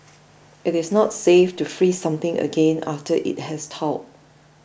it is not safe to freeze something again after it has thawed